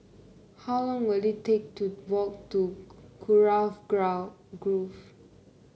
how long will it take to walk to Kurau Grove